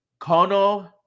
Kono